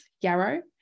Yarrow